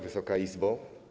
Wysoka Izbo!